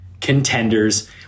contenders